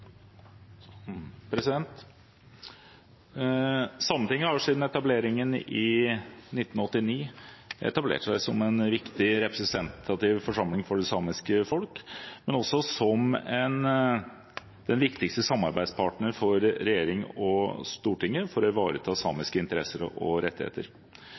Sametinget har siden etableringen i 1989 etablert seg som en viktig representativ forsamling for det samiske folk, men også som den viktigste samarbeidspartneren for regjeringen og Stortinget for å ivareta samiske interesser og rettigheter.